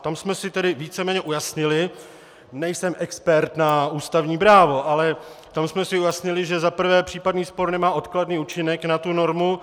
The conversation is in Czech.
Tam jsme si víceméně ujasnili, nejsem expert na ústavní právo, ale tam jsme si ujasnili, že za prvé případný spor nemá odkladný účinek na tu normu.